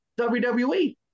WWE